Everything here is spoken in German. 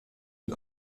mit